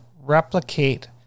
replicate